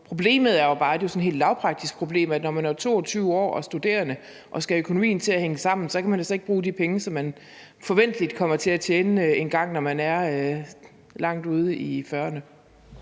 problem, at når man er 22 år og studerende og skal have økonomien til at hænge sammen, så kan man altså ikke bruge de penge, som man forventeligt kommer til at tjene, engang når man er langt oppe i 40'erne.